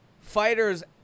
fighters